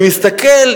אני מסתכל,